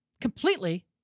completely